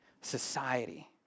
society